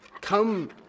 come